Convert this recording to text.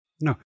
No